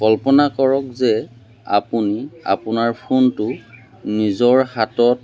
কল্পনা কৰক যে আপুনি আপোনাৰ ফোনটো নিজৰ হাতত